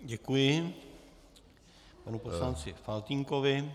Děkuji panu poslanci Faltýnkovi...